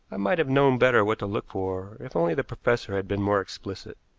i might have known better what to look for if only the professor had been more explicit.